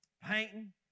Painting